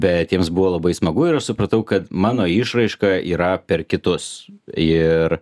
bet jiems buvo labai smagu ir aš supratau kad mano išraiška yra per kitus ir